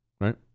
right